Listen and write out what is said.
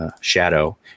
Shadow